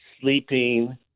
sleeping